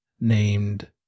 named